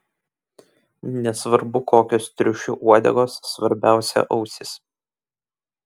nesvarbu kokios triušių uodegos svarbiausia ausys